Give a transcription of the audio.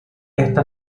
esta